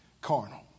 Carnal